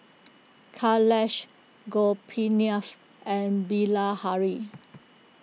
Kailash Gopinaph and Bilahari